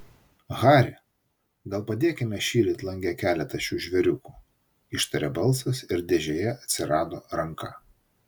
hari gal padėkime šįryt lange keletą šių žvėriukų ištarė balsas ir dėžėje atsirado ranka